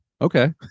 okay